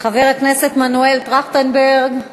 חבר הכנסת מנואל טרכטנברג;